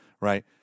right